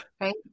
right